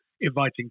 inviting